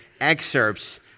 excerpts